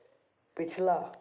पिछला